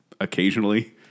occasionally